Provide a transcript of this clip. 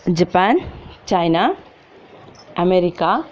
Japan China America